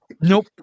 Nope